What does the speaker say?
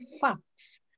facts